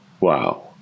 Wow